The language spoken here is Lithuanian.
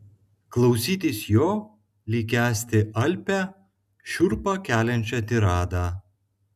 klausytis jo lyg kęsti alpią šiurpą keliančią tiradą